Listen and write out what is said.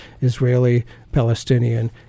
Israeli-Palestinian